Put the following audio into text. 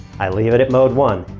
i leave it at mode one.